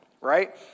Right